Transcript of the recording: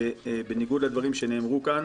בניגוד לדברים שנאמרו כאן,